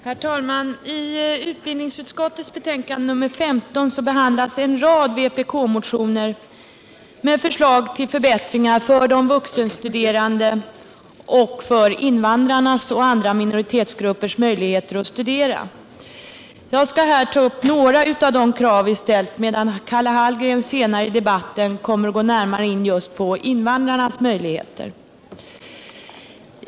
Herr talman! I utbildningsutskottets betänkande nr 15 behandlas en rad vpk-motioner med förslag till förbättringar för vuxenstuderande och för invandrare och andra minoritetsgrupper när det gäller att studera. Jag skall här ta upp några av de krav vi ställt. Karl Hallgren kommer senare i debatten att närmare gå in på invandrarnas möjligheter.